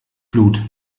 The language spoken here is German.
blut